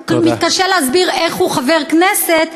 הוא מתקשה להסביר איך הוא חבר כנסת,